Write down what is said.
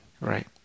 Right